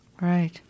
Right